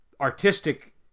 artistic